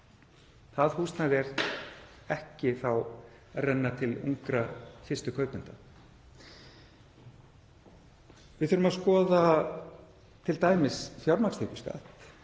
Það húsnæði er þá ekki að renna til ungra fyrstu kaupenda. Við þurfum að skoða t.d. fjármagnstekjuskatt.